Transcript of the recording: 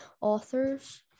authors